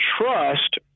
trust